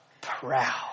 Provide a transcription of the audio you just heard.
proud